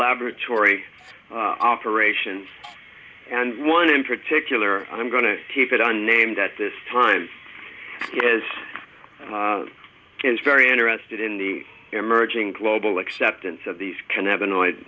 laboratory operations and one in particular i'm going to keep it on named at this time as it is very interested in the emerging global acceptance of these can have annoyed